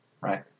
right